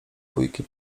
bójki